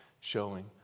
showing